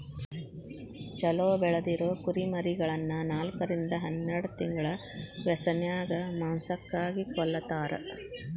ಚೊಲೋ ಬೆಳದಿರೊ ಕುರಿಮರಿಗಳನ್ನ ನಾಲ್ಕರಿಂದ ಹನ್ನೆರಡ್ ತಿಂಗಳ ವ್ಯಸನ್ಯಾಗ ಮಾಂಸಕ್ಕಾಗಿ ಕೊಲ್ಲತಾರ